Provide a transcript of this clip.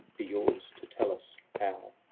be yours to tell us how.